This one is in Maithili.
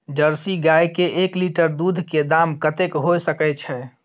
जर्सी गाय के एक लीटर दूध के दाम कतेक होय सके छै?